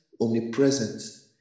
omnipresent